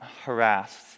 harassed